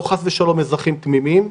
לא חס ושלום אזרחים תמימים,